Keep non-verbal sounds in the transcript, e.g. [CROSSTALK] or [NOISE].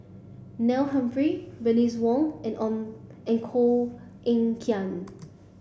Neil Humphreys Bernice Wong and [UNINTELLIGIBLE] and Koh Eng Kian